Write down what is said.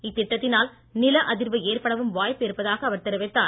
இத்திட்டத்தினால் நில அதிர்வு ஏற்படவும் வாய்ப்பு இருப்பதாக அவர் தெரிவித்தார்